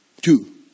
Two